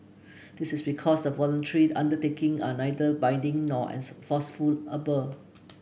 this is because the voluntary undertaking are neither binding nor enforceable